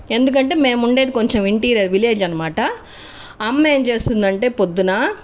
ఎందుకంటే మేము ఉండేది కొంచెం ఇంటిరీయర్ విలేజ్ అన్నమాట అమ్మ ఎంచేస్తుంది అంటే పొద్దున